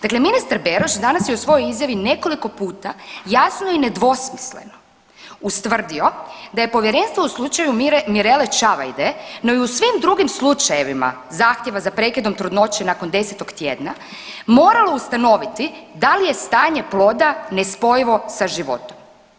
Dakle, ministar Beroš danas je u svojoj izjavi nekoliko puta jasno i nedvosmisleno ustvrdio da je Povjerenstvo u slučaju Mirele Čavajde, no i u svim drugim slučajevima zahtjeva za prekidom trudnoće nakon 10. tjedna moralo ustanoviti da li je stanje ploda nespojivo sa životom.